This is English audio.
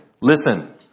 Listen